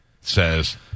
says